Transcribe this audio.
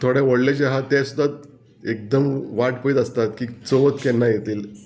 थोडे व्हडलेशे आहा ते सुद्दां एकदम वाट पयत आसतात की चवथ केन्ना येतली